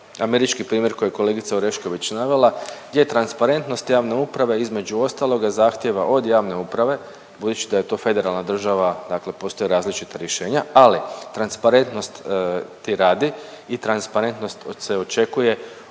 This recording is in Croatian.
američki primjer koji je kolegica Orešković navela gdje transparentnost javne uprave između ostaloga zahtjeva od javne uprave, budući da je to federalna država dakle postoje različita rješenja, ali transparentnosti radi i transparentnost se očekuje od